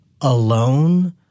alone